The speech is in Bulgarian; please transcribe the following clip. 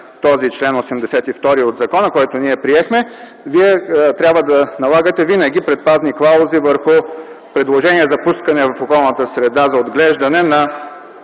този чл. 82 от закона, който ние приехме, Вие трябва да налагате винаги предпазни клаузи върху предложения за пускане в околната среда за отглеждане на